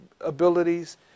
abilities